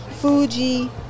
Fuji